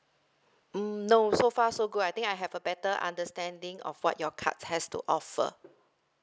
um no so far so good I think I have a better understanding of what your cards has to offer